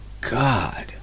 god